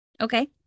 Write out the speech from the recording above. Okay